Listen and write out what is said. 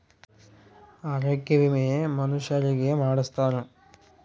ಆರೊಗ್ಯ ವಿಮೆ ಮನುಷರಿಗೇ ಮಾಡ್ಸ್ತಾರ